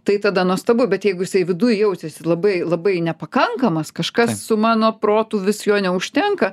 tai tada nuostabu bet jeigu jisai viduj jautčiasi labai labai nepakankamas kažkas su mano protu vis jo neužtenka